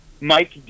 Mike